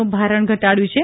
નું ભારણ ઘટાડ્યું છે